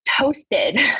toasted